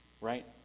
right